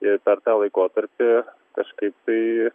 ir per tą laikotarpį kažkaip tai